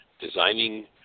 designing